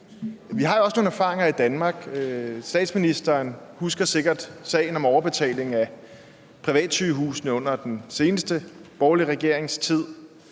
Vi har jo også nogle erfaringer i Danmark. Statsministeren husker sikkert sagen om overbetaling af privatsygehusene under den borgerlige regering,